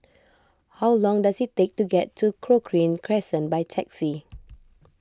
how long does it take to get to Cochrane Crescent by taxi